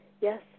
yes